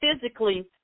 physically